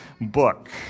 book